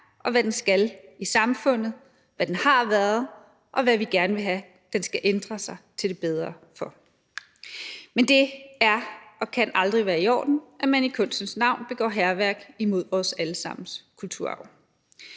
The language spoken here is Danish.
og hvad den skal i samfundet, hvad den har været, og hvad vi gerne vil have den skal ændre sig til det bedre for. Men det er og kan aldrig være i orden, at man i kunstens navn begår hærværk imod vores alle sammens kulturarv.